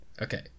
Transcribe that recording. Okay